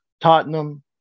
Tottenham